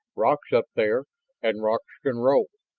rocks up there and rocks can roll.